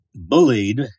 bullied